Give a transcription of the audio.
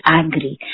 angry